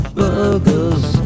burgers